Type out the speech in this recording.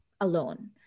alone